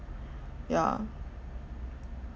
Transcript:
ya